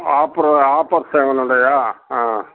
offer offers ఏమన్న ఉన్నాయా